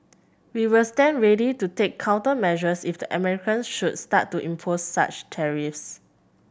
we will stand ready to take countermeasures if the American should start to impose such tariffs